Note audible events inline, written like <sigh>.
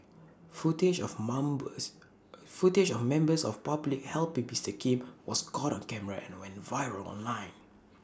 footage of <unintelligible> footage of members of public help <unintelligible> Kim was caught on camera and went viral online